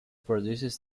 produces